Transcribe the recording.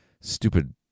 stupid